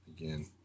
again